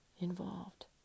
involved